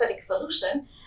solution